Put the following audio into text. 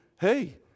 hey